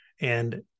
And-